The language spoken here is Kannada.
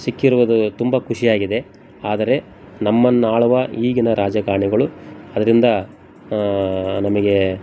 ಸಿಕ್ಕಿರುವುದು ತುಂಬ ಖುಷಿಯಾಗಿದೆ ಆದರೆ ನಮ್ಮನ್ನಾಳುವ ಈಗಿನ ರಾಜಕಾರಣಿಗಳು ಅದರಿಂದ ನಮಗೆ